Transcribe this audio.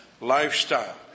lifestyle